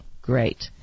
Great